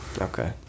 Okay